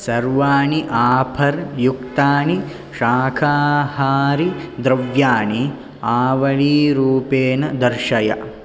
सर्वाणि आफर्युक्तानि शाकाहारिद्रव्याणि आवलीरूपेण दर्शय